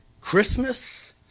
Christmas